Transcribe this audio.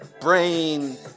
brain